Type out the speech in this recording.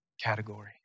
category